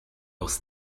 aus